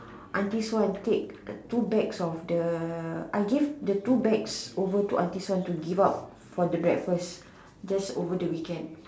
aunties Swan take two bags of the I gave the two bags over to auntie Swan to give out for the breakfast just over the weekend